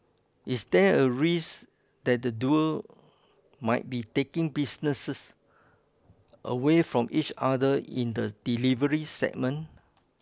is there a risk that the duo might be taking business away from each other in the delivery segment